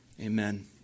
Amen